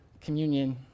communion